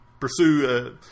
pursue